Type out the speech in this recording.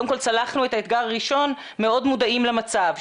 קודם כל צלחנו את האתגר הראשון, מאוד מודעים למצב.